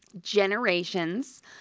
generations